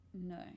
No